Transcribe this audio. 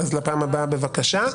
אז לפעם הבאה בבקשה.